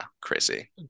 crazy